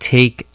Take